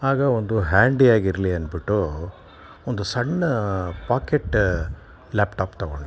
ಆಗ ಒಂದು ಹ್ಯಾಂಡಿಯಾಗಿರಲಿ ಅಂದ್ಬಿಟ್ಟು ಒಂದು ಸಣ್ಣ ಪಾಕೆಟ್ ಲ್ಯಾಪ್ ಟಾಪು ತಗೊಂಡೆ